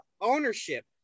ownership